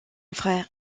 frère